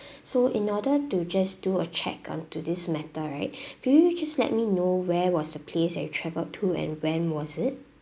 so in order to just do a check on to this matter right will you just let me know where was the place that you travelled to and when was it